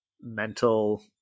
mental